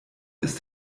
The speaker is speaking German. ist